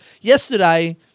Yesterday